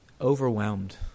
overwhelmed